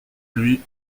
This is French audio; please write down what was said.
lui